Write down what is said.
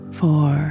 four